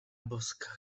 boska